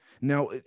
Now